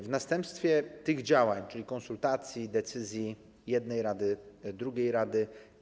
W następstwie tych działań, czyli konsultacji, decyzji jednej rady, drugiej rady.